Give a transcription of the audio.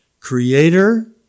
creator